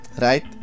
Right